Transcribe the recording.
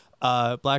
Black